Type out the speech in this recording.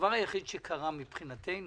הדבר היחיד שקרה, מבחינתנו,